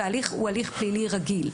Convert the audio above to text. וההליך הוא הליך פלילי רגיל.